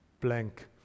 Blank